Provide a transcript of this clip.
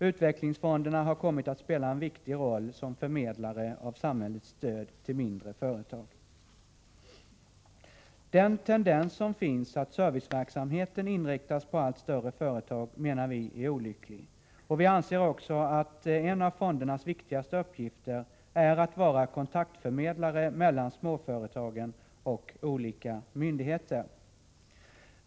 Utvecklingsfonderna har kommit att spela en viktig roll som förmedlare av samhällets stöd till mindre företag. Den nuvarande tendensen att serviceverksamheten inriktas på allt större företag menar vi är olycklig. Vi anser också att en av fondernas viktigaste uppgifter är att vara förmedlare av kontakter mellan småföretagen och olika myndigheter.